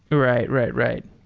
right. right. right.